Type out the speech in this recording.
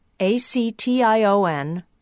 a-c-t-i-o-n